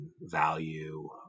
value